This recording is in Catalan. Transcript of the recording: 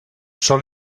sòl